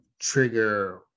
trigger